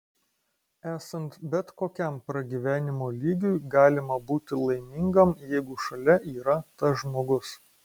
esant bet kokiam pragyvenimo lygiui galima būti laimingam jeigu šalia yra tas žmogus